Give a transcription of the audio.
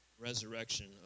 resurrection